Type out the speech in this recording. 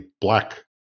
black